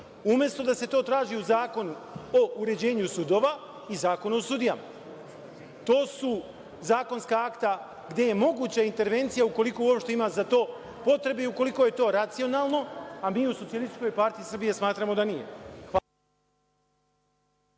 umesto da se to traži u Zakonu o uređenju sudova i Zakonu o sudijama. To su zakonska akta gde je moguća intervencija ukoliko uopšte ima za to potrebe i ukoliko je to racionalno, a mi u SPS smatramo da nije.